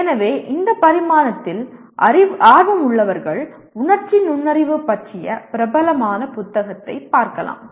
எனவே இந்த பரிமாணத்தில் ஆர்வமுள்ளவர்கள் உணர்ச்சி நுண்ணறிவு பற்றிய பிரபலமான புத்தகத்தைப் பார்க்கலாம்